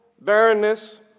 barrenness